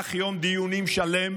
במהלך יום דיונים שלם